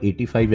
85